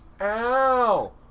Ow